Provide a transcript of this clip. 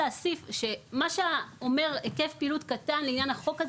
מה שאומר היקף פעילות קטן לעניין החוק הזה